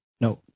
no